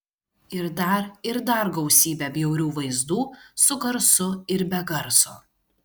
ir dar ir dar gausybę bjaurių vaizdų su garsu ir be garso